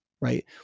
right